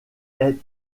aient